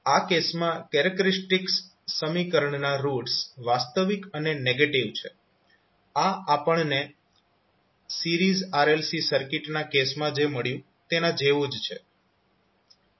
આ કેસમાં કેરેક્ટરીસ્ટિક્સ સમીકરણ નાં રૂટ્સ વાસ્તવિક અને નેગેટીવ છે આ આપણને સિરીઝ RLC સર્કિટના કેસમાં જે મળ્યું તેના જેવું જ છે